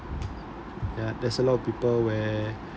ya there's a lot of people where